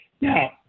Now